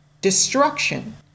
destruction